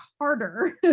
harder